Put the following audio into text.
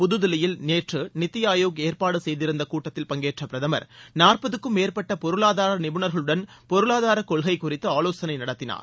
புத்தில்லியில் நேற்ற நித்தி ஆயோக் ஏற்பாடு செய்திருந்த கூட்டத்தில் பங்கேற்ற பிரதமர் நாற்பதுக்கும் மேற்பட்ட பொருளாதார நிபுணர்களுடன் பொருளாதார கொள்கை குறித்து ஆவோசனை நடத்தினார்